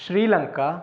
Sri Lanka